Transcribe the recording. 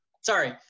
Sorry